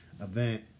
event